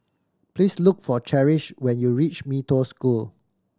please look for Cherish when you reach Mee Toh School